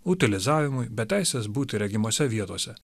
utilizavimui be teisės būti regimose vietose